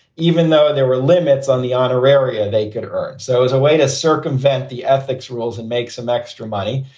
even though there were limits on the honoraria. they could earn. so as a way to circumvent the ethics rules and make some extra money.